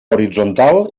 horitzontal